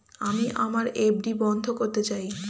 আমি আমার এফ.ডি বন্ধ করতে চাই